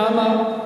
למה?